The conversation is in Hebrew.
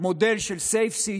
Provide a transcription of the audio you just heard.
מודל של safe city,